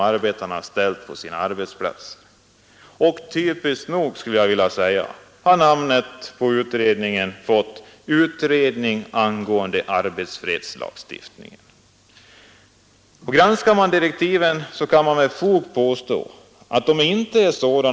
Här finner man väl de steg som herr Svanberg talade om — en integrering steg för steg i Arbetsgivareföreningens målsättning. Men stegen kan riktas åt annat håll.